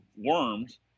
worms